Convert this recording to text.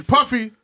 Puffy